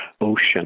ocean